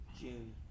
June